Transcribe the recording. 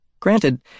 Granted